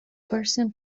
persian